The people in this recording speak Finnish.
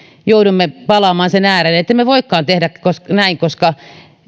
joudumme palaamaan sen äärelle ettemme voikaan tehdä näin koska